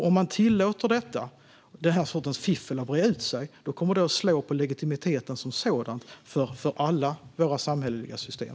Om man tillåter den här sortens fiffel att breda ut sig kommer det att slå mot legitimiteten som sådan i alla våra samhälleliga system.